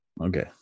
Okay